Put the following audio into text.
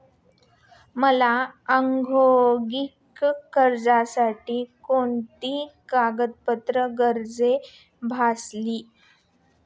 मला औद्योगिक कर्जासाठी कोणत्या कागदपत्रांची गरज भासेल?